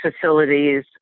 facilities